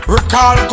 Recall